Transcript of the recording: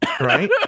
right